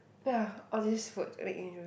ya all this food make me drool